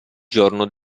giorno